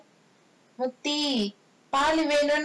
முத்தி பாருங்க என்ன:muthi paarunga enna